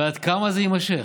ועד כמה זה יימשך?